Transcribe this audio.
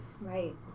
Right